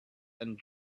and